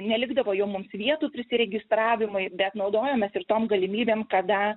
nelikdavo jau mums vietų prisiregistravimui bet naudojamės ir tom galimybėm kada